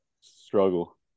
Struggle